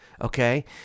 okay